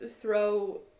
throw